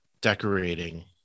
decorating